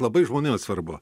labai žmonėms svarbu